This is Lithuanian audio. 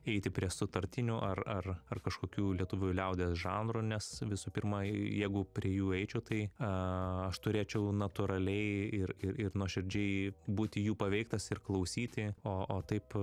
eiti prie sutartinių ar ar ar kažkokių lietuvių liaudies žanrų nes visų pirma jeigu prie jų eičiau tai aš turėčiau natūraliai ir ir ir nuoširdžiai būti jų paveiktas ir klausyti o o taip